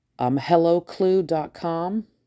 HelloClue.com